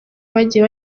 bagiye